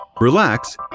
relax